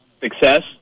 success